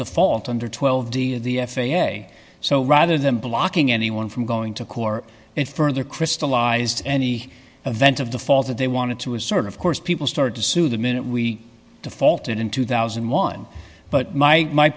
default under twelve d of the f a a so rather than blocking anyone from going to core it further crystallized any event of the fall that they wanted to a sort of course people started to sue the minute we defaulted in two thousand and one but my my